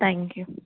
thank you